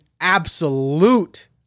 absolute